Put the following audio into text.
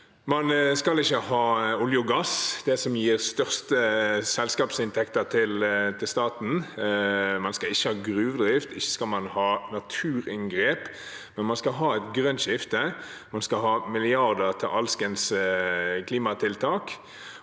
Man skal ikke ha olje og gass, det som gir størst selskapsinntekter til staten, man skal ikke ha gruvedrift, og ikke skal man ha naturinngrep, men man skal ha et grønt skifte. Man skal ha milliarder til alskens klimatiltak.